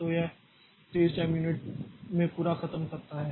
तो यह 30 time unit में पूरा खत्म करता है